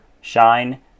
Shine